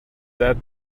that